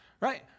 Right